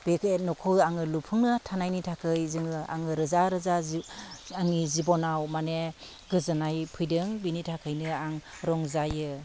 बे न'खौ आङो लुफुंनो थानायनि थाखाय जोङो आङो रोजा रोजा आंनि जिबनाव माने गोजोननाय फैदों बिनि थाखायनो आं रंजायो